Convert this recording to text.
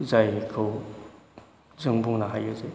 जायखौ जों बुंनो हायो जे